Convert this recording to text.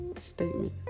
Statement